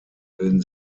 bilden